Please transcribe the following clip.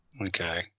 Okay